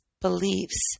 beliefs